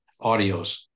audios